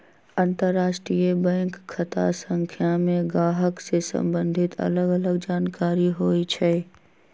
अंतरराष्ट्रीय बैंक खता संख्या में गाहक से सम्बंधित अलग अलग जानकारि होइ छइ